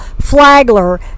Flagler